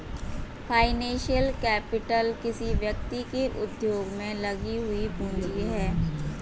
financial capital किसी व्यक्ति के उद्योग में लगी हुई पूंजी है